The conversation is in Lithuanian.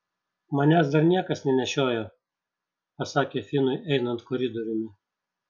manęs dar niekas nenešiojo pasakė finui einant koridoriumi